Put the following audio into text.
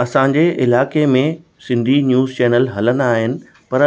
असांजे इलाइके में सिंधी न्यूस चैनल हलंदा आहिनि पर